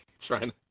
trying